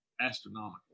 astronomical